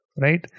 right